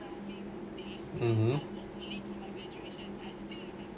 mmhmm